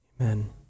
Amen